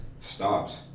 stops